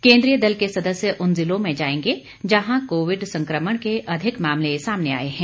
केंद्रीय दल के सदस्य उन जिलों में जायेंगे जहां कोविड संक्रमण के अधिक मामले सामने आये हैं